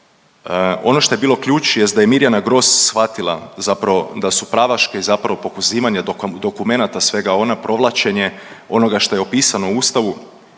ono što je bio ključ jest da je Mirjana Gross svatila da su pravaške zapravo uzimanja dokumenata svega ono provlačenje onoga što je opisano u Ustavu